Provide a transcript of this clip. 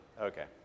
Okay